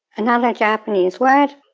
another japanese word,